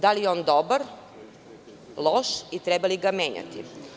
Da li je on dobar, loš i treba li ga menjati?